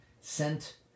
sent